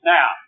Now